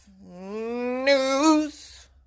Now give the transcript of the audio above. News